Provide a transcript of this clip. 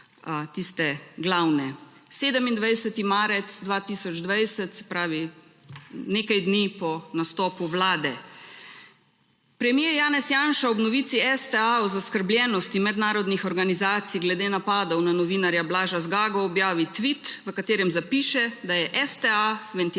27. marec 2020, se pravi nekaj dni po nastopu vlade, premier Janez Janša ob novici STA o zaskrbljenosti mednarodnih organizacij glede napadov na novinarja Blaža Zgago objavi tvit, v katerem zapiše, da je STA ventilator